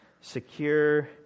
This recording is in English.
Secure